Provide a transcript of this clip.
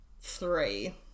three